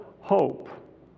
hope